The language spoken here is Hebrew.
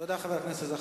תודה לחבר הכנסת זחאלקה.